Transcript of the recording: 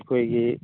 ꯑꯩꯈꯣꯏꯒꯤ